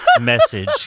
message